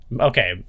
Okay